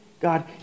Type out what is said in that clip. God